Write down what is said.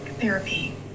therapy